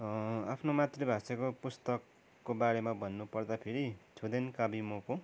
आफ्नो मातृभाषाको पुस्तकको बारेमा भन्नु पर्दाखेरि छुदेन काविमोको